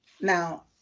now